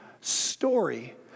story